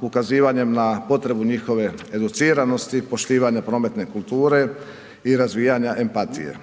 ukazivanjem na potrebu njihove educiranosti i poštivanja prometne kulture i razvijanja empatije.